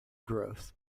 growth